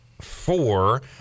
four